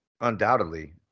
undoubtedly